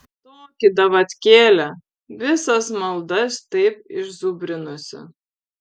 toki davatkėlė visas maldas taip išzubrinusi